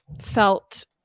felt